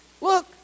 Look